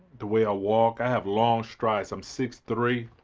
the way i walk. i have long strides, i'm six, three.